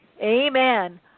Amen